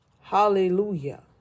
Hallelujah